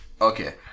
Okay